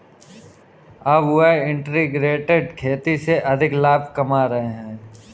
अब वह इंटीग्रेटेड खेती से अधिक लाभ कमा रहे हैं